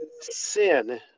sin